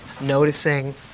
noticing